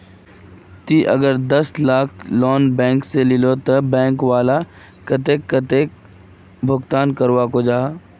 ती अगर दस लाखेर लोन बैंक से लिलो ते बैंक वाला कतेक कतेला सालोत भुगतान करवा को जाहा?